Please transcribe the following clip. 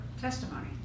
testimony